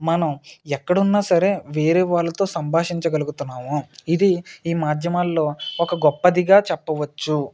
మనం ఎక్కడ ఉన్నా సరే వేరే వాళ్ళతో సంభాషించగలుగుతున్నాము ఇది ఈ మాధ్యమాలలో ఒక గొప్పదిగా చెప్పవచ్చు